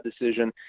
decision